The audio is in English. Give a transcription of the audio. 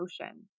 motion